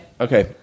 Okay